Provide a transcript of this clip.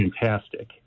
fantastic